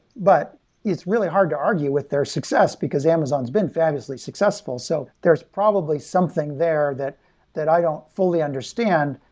but it's really hard to argue with their success, because amazon has been fabulously successful. so there is probably something there that that i don't fully understand,